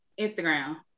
Instagram